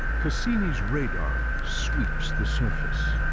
cassini's radar sweeps the surface.